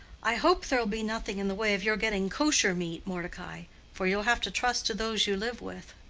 i hope there'll be nothing in the way of your getting kosher meat, mordecai. for you'll have to trust to those you live with.